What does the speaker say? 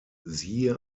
siehe